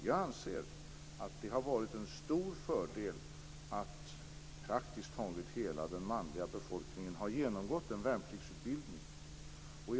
Jag anser att det har varit en stor fördel att praktiskt taget hela den manliga befolkningen har genomgått en värnpliktsutbildning.